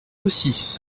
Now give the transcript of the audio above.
aussi